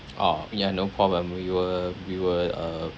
oh ya no problem we will we will uh